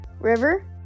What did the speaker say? River